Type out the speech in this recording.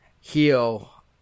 heal